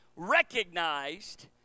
recognized